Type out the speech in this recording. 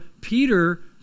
Peter